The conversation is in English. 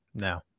no